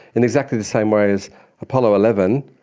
in exactly the same way as apollo eleven,